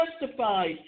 justified